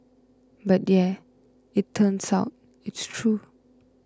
but yeah it turns out it's true